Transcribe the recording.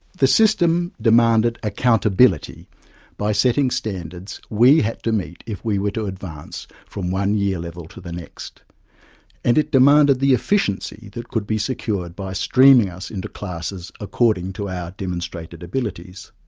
the system demanded accountability by setting standards we had to meet if we were to advance from one year-level to the next and it demanded the efficiency that could be secured by streaming streaming us into classes according to our demonstrated abilities.